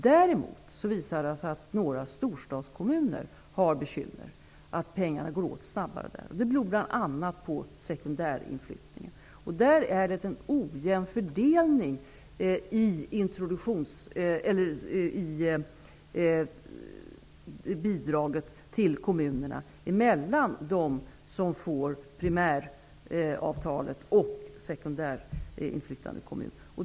Däremot är det några storstadskommuner som har bekymmer. Där går pengarna åt snabbare, vilket bl.a. beror på sekundärinflyttningen. Det är en ojämn fördelning av bidragen till kommunerna mellan kommuner som får primäravtalet och kommuner med sekundärinflyttning.